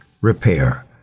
repair